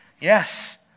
Yes